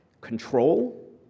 control